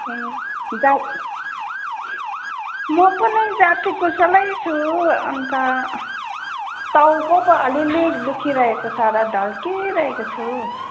ए जाती म पनि जाती कुसलै छु अन्त टाउको पो अलिअलि दुखिरहेको छ र ढल्किरहेको छु